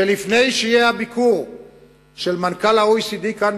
שלפני שיהיה הביקור של מנכ"ל ה-OECD כאן,